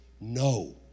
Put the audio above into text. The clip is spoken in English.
no